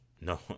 no